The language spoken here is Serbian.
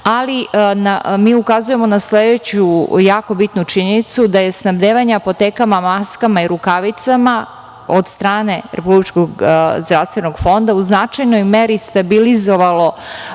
Ali, mi ukazujemo na sledeću jako bitnu činjenicu, da je snabdevanje apoteka maskama i rukavicama od strane Republičkog zdravstvenog fonda u značajno meri stabilizovali